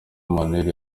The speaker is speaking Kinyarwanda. emmanuel